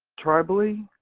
tribally,